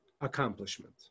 accomplishment